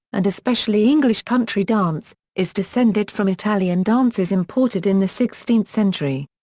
and especially english country dance, is descended from italian dances imported in the sixteenth century.